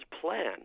plan